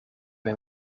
een